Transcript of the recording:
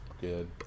good